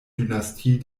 dynastie